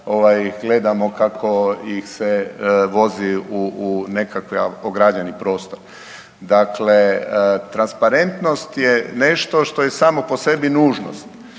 gledamo kako ih se vozi u nekakav ograđeni prostor. Dakle, transparentnost je nešto što je samo po sebi nužnost,